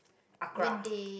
Acra